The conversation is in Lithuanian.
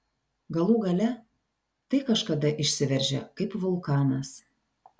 galų gale tai kažkada išsiveržia kaip vulkanas